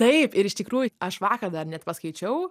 taip ir iš tikrųjų aš vakar dar net paskaičiau